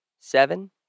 Seven